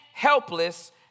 Helpless